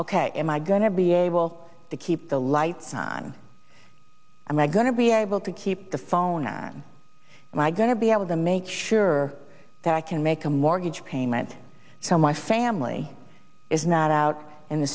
ok am i going to be able to keep the lights on and my going to be able to keep the phone or am i going to be able to make sure that i can make a mortgage payment so my family is not out in the